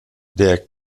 der